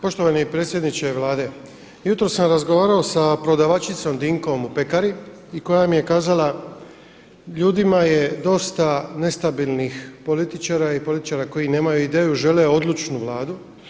Poštovani predsjedniče Vlade, jutros sam razgovarao sa prodavačicom Dinkom u pekari i koja mi je kazala, ljudima je dosta nestabilnih političara i političara koji nemaju ideju, žele odlučnu Vladu.